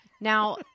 now